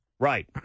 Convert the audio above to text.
Right